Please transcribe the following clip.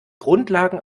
grundlagen